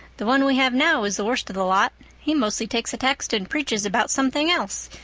the one we have now is the worst of the lot. he mostly takes a text and preaches about something else.